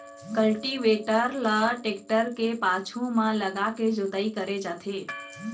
cultivator ल tractor के पाछू म लगाके जोतई करे जाथे